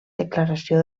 declaració